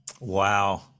Wow